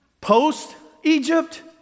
Post-Egypt